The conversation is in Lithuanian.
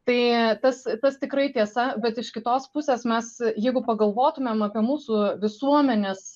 tai tas tas tikrai tiesa bet iš kitos pusės mes jeigu pagalvotumėm apie mūsų visuomenės